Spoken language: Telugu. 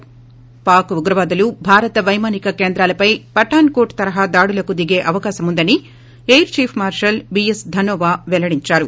ి పాక్ ఉగ్రవాదులు భారతపైమానిక కేంద్రాలపై పఠాన్కోట్ తరహా దాడులకు దిగే అవకాశముందని air chief marshal BS Dhanoa పెల్లడించారు